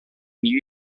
new